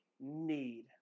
need